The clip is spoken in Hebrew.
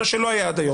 מה שלא היה עד היום.